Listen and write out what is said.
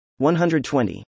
120